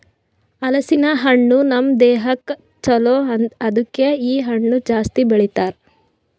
ಹಲಸಿನ ಹಣ್ಣು ನಮ್ ದೇಹಕ್ ಛಲೋ ಅದುಕೆ ಇ ಹಣ್ಣು ಜಾಸ್ತಿ ಬೆಳಿತಾರ್